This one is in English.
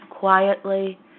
quietly